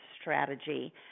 strategy